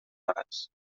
hores